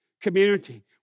community